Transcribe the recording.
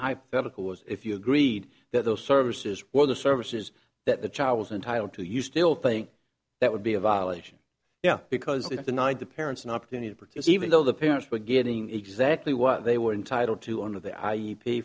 hypothetical as if you agreed that those services were the services that the child was entitled to use still think that would be a violation yeah because they have denied the parents an opportunity for to see even though the parents were getting exactly what they were entitled to under the i e pay